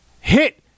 hit